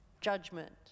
judgment